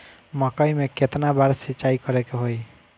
मकई में केतना बार सिंचाई करे के होई?